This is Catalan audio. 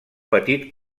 petit